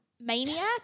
Maniac